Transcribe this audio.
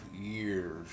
years